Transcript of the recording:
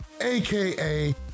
aka